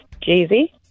Jay-Z